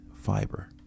fiber